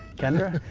kendra,